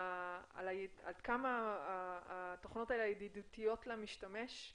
עד כמה התוכנות האלה ידידותיות למשתמש?